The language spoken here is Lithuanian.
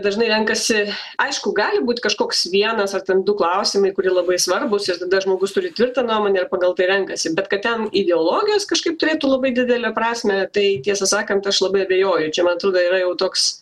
dažnai renkasi aišku gali būt kažkoks vienas ar ten du klausimai kurie labai svarbūs ir tada žmogus turi tvirtą nuomonę ir pagal tai renkasi bet kad ten ideologijos kažkaip turėtų labai didelę prasmę tai tiesą sakant aš labai abejoju čia man atrodo yra jau toks